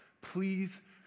please